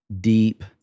deep